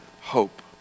hope